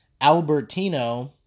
Albertino